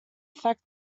affect